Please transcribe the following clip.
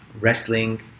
wrestling